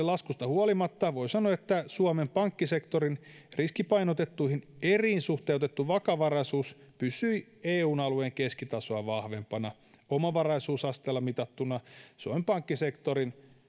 laskusta huolimatta voi sanoa että suomen pankkisektorin riskipainotettuihin eriin suhteutettu vakavaraisuus pysyi eun alueen keskitasoa vahvempana omavaraisuusasteella mitattuna suomen pankkisektorin